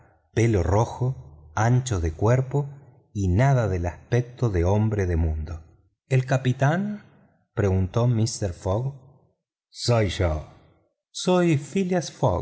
pelo rojo ancho cuerpo y nada del aspecto de hombre de mundo el capitán preguntó mister fogg soy yo soy phileas